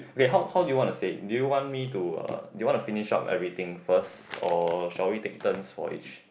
okay how how do you want to say do you want me to uh do you want to finish up everything first or shall we take turns for each